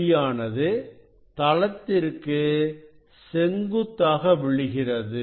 ஒளியானது தளத்திற்கு செங்குத்தாக விழுகிறது